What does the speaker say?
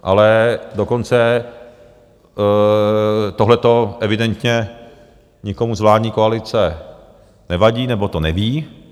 Ale dokonce tohleto evidentně nikomu z vládní koalice nevadí, nebo to neví.